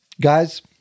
Guys